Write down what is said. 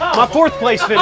my fourth place